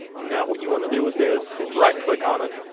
now what you wanna do with this is right click on it